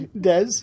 Des